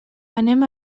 anem